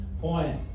point